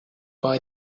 buy